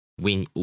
win